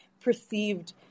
perceived